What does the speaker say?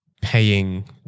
paying